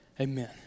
Amen